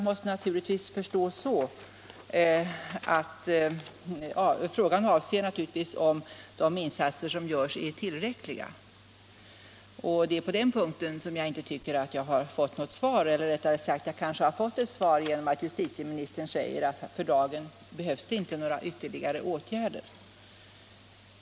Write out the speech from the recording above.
Men min interpellation avser naturligtvis om de insatser som görs är tillräckliga, och det är på den punkten som jag inte tycker att jag har fått något svar — eller rättare sagt har jag kanske fått ett svar genom att justitieministern säger att för dagen behövs det inte några ytterligare åtgärder.